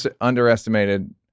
underestimated